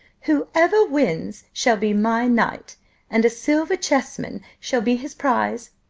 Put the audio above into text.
whoever wins shall be my knight and a silver chess-man shall be his prize.